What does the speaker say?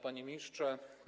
Panie Ministrze!